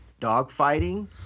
dogfighting